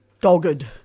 dogged